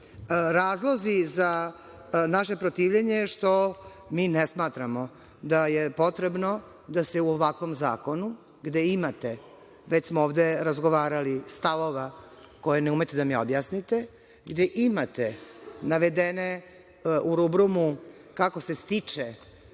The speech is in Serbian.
Razlozi za naše protivljenje su što mi ne smatramo da je potrebno da se u ovakvom zakonu, gde imate, već smo ovde razgovarali, stavova koje ne umete da mi objasnite, gde imate navedene u rubrumu kako se stiče